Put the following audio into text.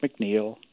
McNeil